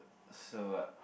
so